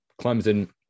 Clemson